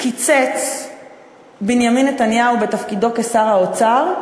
קיצץ בנימין נתניהו בתפקידו כשר האוצר,